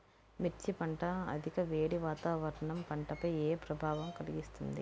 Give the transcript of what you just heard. మిర్చి పంట అధిక వేడి వాతావరణం పంటపై ఏ ప్రభావం కలిగిస్తుంది?